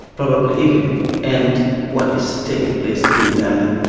probably even end what is taking place in uganda.